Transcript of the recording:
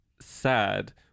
sad